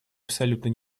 абсолютно